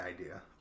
idea